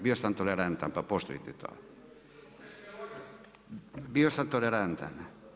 Bio sam tolerantan, pa poštujte to. … [[Upadica Glasnović, ne razumije se.]] Bio sam tolerantan.